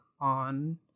on